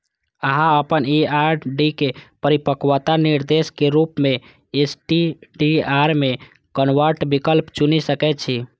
अहां अपन ई आर.डी के परिपक्वता निर्देश के रूप मे एस.टी.डी.आर मे कन्वर्ट विकल्प चुनि सकै छी